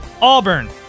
Auburn